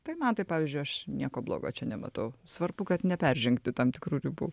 tai man tai pavyzdžiui aš nieko blogo čia nematau svarbu kad neperžengti tam tikrų ribų